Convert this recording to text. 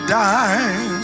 die